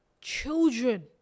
children